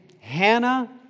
Hannah